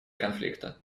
конфликта